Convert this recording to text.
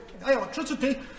electricity